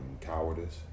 cowardice